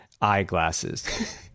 eyeglasses